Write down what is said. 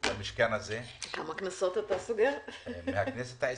במשכן הזה, אני חבר כנסת מהכנסת העשרים,